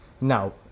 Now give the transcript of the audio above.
Now